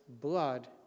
blood